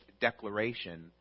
declaration